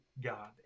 God